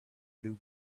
blue